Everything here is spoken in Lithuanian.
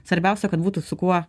svarbiausia kad būtų su kuo